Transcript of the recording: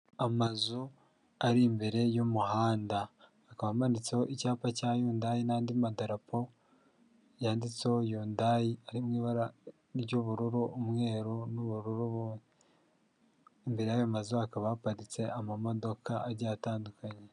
Amazu ari imbere y'umuhanda akaba amanitseho icyapa cya Yundayi n'andi madarapo yanditseho Yundayi ari mu ibara ry'ubururu, umweru n'ubururu, imbere y'ayo mazu hakaba haparitse amamodoka agiye atandukanye.